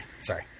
sorry